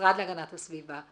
המשרד להגנת הסביבה,